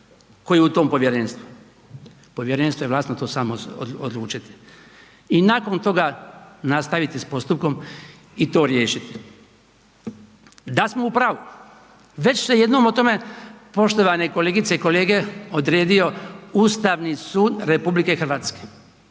koje je u tom povjerenstvu, povjerenstvo je vlasno to samo odlučiti i nakon toga nastaviti s postupkom i to riješiti. Da smo u pravu, već se jednom o tome poštovane kolegice i kolege odredio Ustavni sud RH. Slična